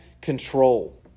control